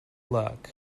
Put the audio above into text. luck